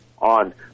on